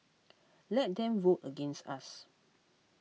let them vote against us